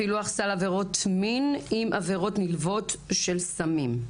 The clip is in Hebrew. פילוח סל עבירות מין עם עבירות נלוות של סמים.